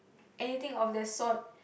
anything of the sort